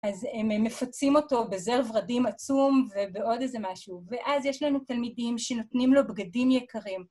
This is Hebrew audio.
אז הם מפצים אותו בזר ורדים עצום ובעוד איזה משהו. ואז יש לנו תלמידים שנותנים לו בגדים יקרים.